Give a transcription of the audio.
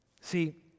See